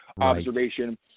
Observation